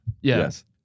Yes